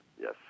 Yes